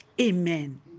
Amen